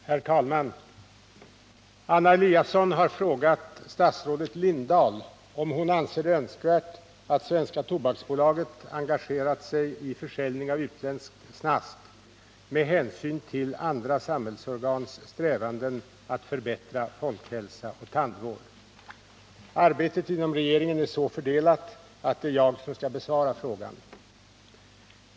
Herr talman! Anna Eliasson har frågat statsrådet Hedda Lindahl om hon anser det önskvärt att Svenska Tobaks AB engagerar sig i försäljning av utländskt snask med hänsyn till andra samhällsorgans strävanden att förbättra folkhälsa och tandvård. Arbetet inom regeringen är så fördelat att det är jag som skall besvara frågan.